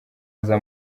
aza